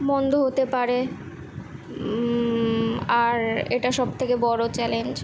বন্ধ হতে পারে আর এটা সব থেকে বড় চ্যালেঞ্জ